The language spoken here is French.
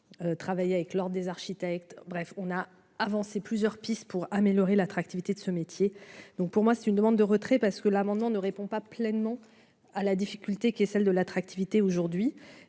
travailler avec l'Ordre des architectes, bref on a avancé plusieurs pistes pour améliorer l'attractivité de ce métier, donc pour moi c'est une demande de retrait parce que l'amendement ne répond pas pleinement à la difficulté qui est celle de l'attractivité aujourd'hui